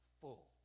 full